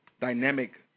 dynamic